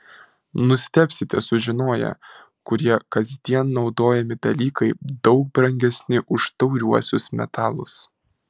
nustebsite sužinoję kurie kasdien naudojami dalykai daug brangesni už tauriuosius metalus